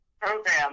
program